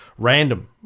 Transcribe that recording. Random